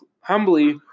humbly